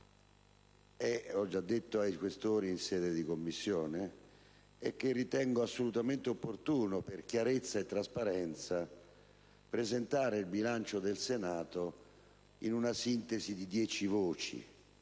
l'ho già detto ai senatori Questori in Commissione - è che ritengo assolutamente opportuno, per chiarezza e trasparenza, presentare il bilancio interno del Senato in una sintesi di dieci voci.